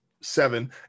seven